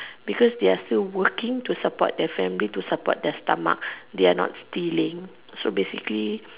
because they are still working to support their family to support their stomach they are not stealing